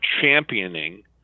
championing